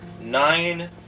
nine